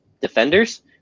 Defenders